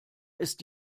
ist